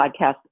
podcast